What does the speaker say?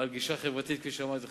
בעל גישה חברתית כפי שאמרתי לך,